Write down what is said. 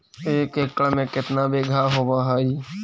एक एकड़ में केतना बिघा होब हइ?